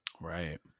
Right